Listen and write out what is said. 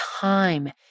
time